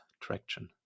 traction